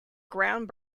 ground